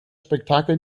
spektakel